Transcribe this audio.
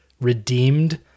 redeemed